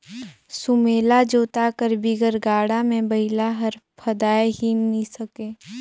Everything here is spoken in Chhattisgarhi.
सुमेला जोता कर बिगर गाड़ा मे बइला हर फदाए ही नी सके